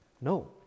No